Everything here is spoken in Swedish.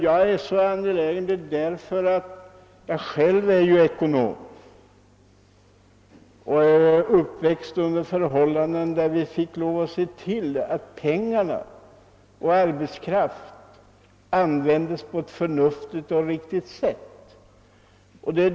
Jag är själv ekonom och uppväxt under förhållanden där man fått lov att se titl ait pengar och arbetskraft använts på ctt förnuftigt och riktigt sätt.